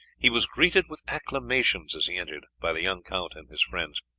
he was greeted with acclamations as he entered by the young count and his friends.